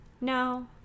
No